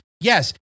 Yes